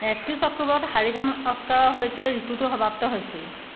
একত্ৰিছ অক্টোবৰত হাৰিকেন অস্কাৰৰ সৈতে ঋতুটো সমাপ্ত হৈছিল